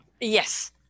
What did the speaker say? Yes